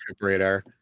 radar